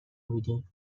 بودیم